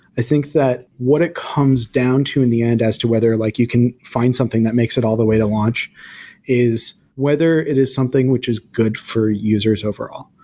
i think that what it comes down to in the end as to whether like you can find something that makes it all the way to launch is whether it is something which is good for users overall.